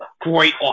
Great